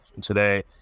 today